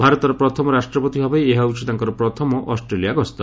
ଭାରତର ପ୍ରଥମ ରାଷ୍ଟ୍ରପତି ଭାବେ ଏହା ହେଉଛି ତାଙ୍କର ପ୍ରଥମ ଅଷ୍ଟ୍ରେଲିଆ ଗସ୍ତ